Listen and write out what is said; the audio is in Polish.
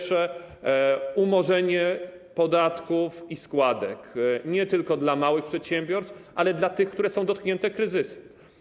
Po pierwsze, umorzenie podatków i składek, nie tylko dla małych przedsiębiorstw, ale dla tych, które są dotknięte kryzysem.